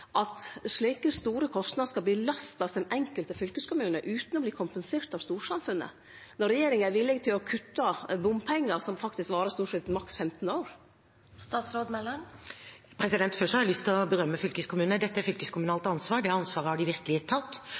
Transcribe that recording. at slike store kostnader skal belastast den enkelte fylkeskommunen utan å verte kompensert av storsamfunnet, når regjeringa er villig til å kutte bompengar som stort sett varer maks 15 år? Først har jeg lyst til å berømme fylkeskommunene. Dette er et fylkeskommunalt ansvar, og det ansvaret har de virkelig tatt.